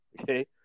okay